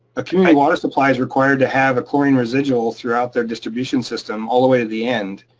a community water supply's required to have a chlorine residual throughout their distribution system all the way to the end.